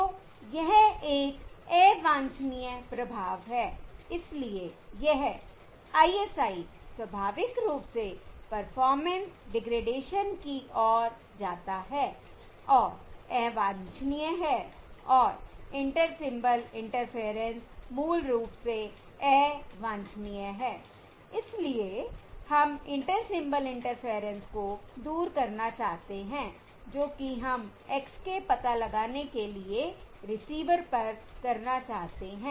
तो यह एक अवांछनीय प्रभाव है इसलिए यह ISI स्वाभाविक रूप से परफॉर्मेंस डिग्रेडेशन की ओर जाता है और अवांछनीय है और इंटर सिंबल इंटरफेयरेंस मूल रूप से अवांछनीय है I इसलिए हम इंटर सिंबल इंटरफेयरेंस को दूर करना चाहते हैं जो कि हम x k पता लगाने के लिए रिसीवर पर करना चाहते हैं